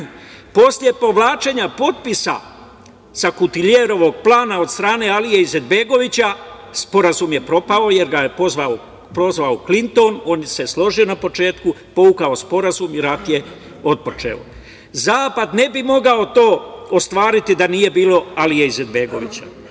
mir. Posle povlačenja potpisa sa Kutiljerovog plana od strane Alije Izetbegovića sporazum je propao, jer ga je pozvao Klinton, on se složio na početku, povukao sporazum i rat je otpočeo. Zapad ne bi mogao to ostvariti da nije bilo Alije Izetbegovića.